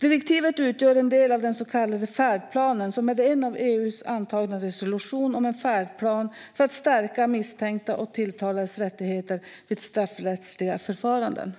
Direktivet utgör en del av den så kallade färdplanen, som är en av EU antagen resolution om en färdplan för att stärka misstänktas och tilltalades rättigheter vid straffrättsliga förfaranden.